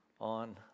on